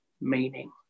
meaning